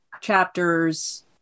chapters